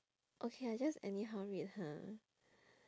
okay I just anyhow read ha